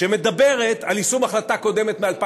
המשרד לא אחת נתקל ביוזמות שבאות מיישובים